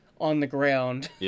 on-the-ground